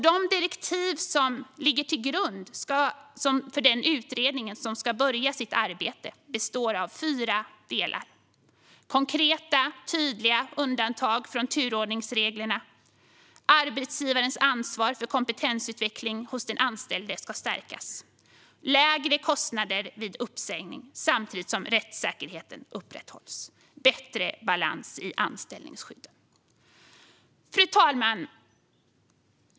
De direktiv som ligger till grund för den utredning som ska börja sitt arbete består av fyra delar: Det ska finnas konkreta och tydliga undantag från turordningsreglerna. Arbetsgivarens ansvar för kompetensutveckling hos den anställde ska stärkas. Det ska bli lägre kostnader vid uppsägning samtidigt som rättssäkerheten upprätthålls. Det ska bli bättre balans i anställningsskydden. Fru talman!